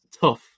tough